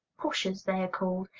pushers they are called,